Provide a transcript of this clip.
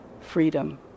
freedom